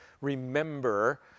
remember